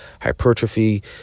hypertrophy